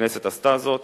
הכנסת עשתה זאת.